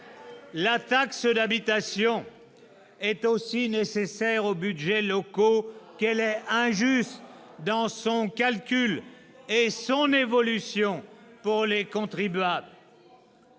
La taxe d'habitation est aussi nécessaire aux budgets locaux qu'elle est injuste dans son calcul et son évolution pour les contribuables.